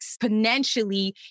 exponentially